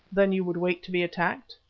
then you would wait to be attacked?